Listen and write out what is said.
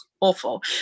awful